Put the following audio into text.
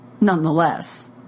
nonetheless